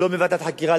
לא מוועדת חקירה,